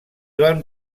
van